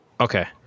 Okay